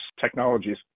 technologies